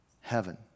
Heaven